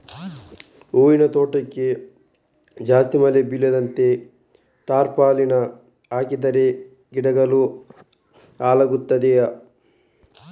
ಹೂವಿನ ತೋಟಕ್ಕೆ ಜಾಸ್ತಿ ಮಳೆ ಬೀಳದಂತೆ ಟಾರ್ಪಾಲಿನ್ ಹಾಕಿದರೆ ಗಿಡಗಳು ಹಾಳಾಗುತ್ತದೆಯಾ?